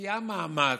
משקיעה מאמץ,